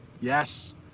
Yes